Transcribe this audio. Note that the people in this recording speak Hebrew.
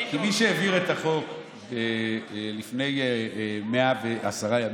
כמי שהעביר את החוק לפני 110 ימים,